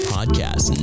Podcast